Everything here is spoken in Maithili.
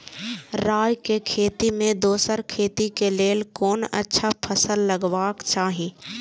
राय के खेती मे दोसर खेती के लेल कोन अच्छा फसल लगवाक चाहिँ?